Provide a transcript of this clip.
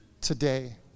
today